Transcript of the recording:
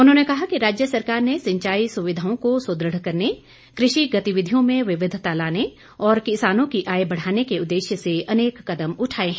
उन्होंने कहा कि राज्य सरकार ने सिंचाई सुविधाओं को सुदृढ़ करने कृषि गतिविधियों में विविधिता लाने और किसानों की आय बढ़ाने के उददेश्य से अनेक कदम उठाए हैं